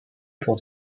pour